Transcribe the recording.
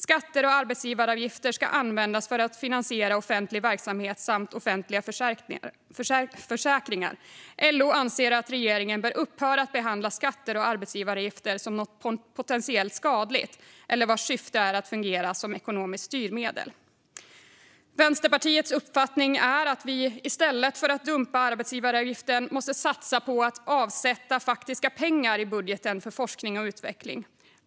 Skatter och arbetsgivaravgifter ska användas för att finansiera offentlig verksamhet samt offentliga försäkringar. LO anser att regeringen bör upphöra att behandla skatter och arbetsgivaravgifter som något potentiellt skadligt eller som något vars syfte är att fungera som ekonomiskt styrmedel. Vänsterpartiets uppfattning är att vi i stället för att dumpa arbetsgivaravgifter måste satsa på att avsätta faktiska pengar i budgeten för forskning och utveckling.